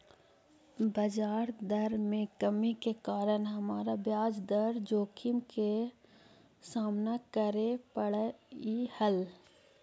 बजार दर में कमी के कारण हमरा ब्याज दर जोखिम के सामना करे पड़लई हल